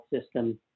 system